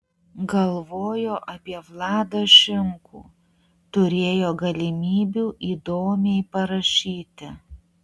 galvojo apie vladą šimkų turėjo galimybių įdomiai parašyti